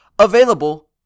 Available